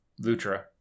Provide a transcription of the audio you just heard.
Lutra